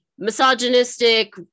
misogynistic